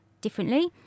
differently